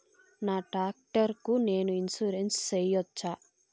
నా టాక్టర్ కు నేను ఇన్సూరెన్సు సేయొచ్చా?